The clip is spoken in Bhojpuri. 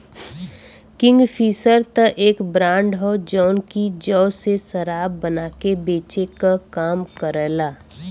किंगफिशर त एक ब्रांड हौ जौन की जौ से शराब बना के बेचे क काम करला